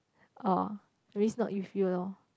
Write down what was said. orh it means not with you lor